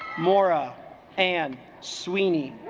maura and sweeney